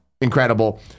incredible